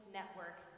Network